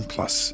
Plus